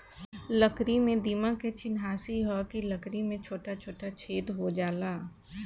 लकड़ी में दीमक के चिन्हासी ह कि लकड़ी में छोटा छोटा छेद हो जाला